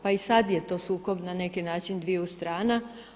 Pa i sada je to sukob na neki način dviju strana.